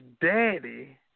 daddy